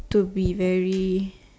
to be very